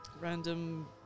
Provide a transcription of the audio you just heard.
Random